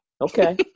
okay